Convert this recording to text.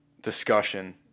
discussion